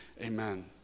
amen